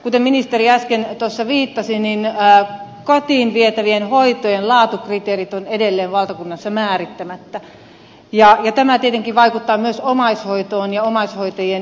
kuten ministeri äsken tuossa viittasi niin kotiin vietävien hoitojen laatukriteerit ovat edelleen valtakunnassa määrittämättä ja tämä tietenkin vaikuttaa myös omaishoitoon ja omaishoitajien jaksamiseen